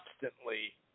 constantly